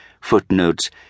footnotes